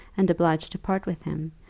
and obliged to part with him,